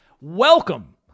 Welcome